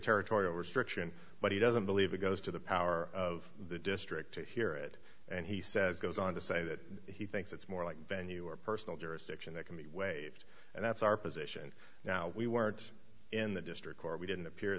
territorial restriction but he doesn't believe it goes to the power of the district to hear it and he says goes on to say that he thinks it's more like venue or personal jurisdiction that can be waived and that's our position now we weren't in the district court we didn't appear